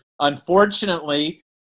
Unfortunately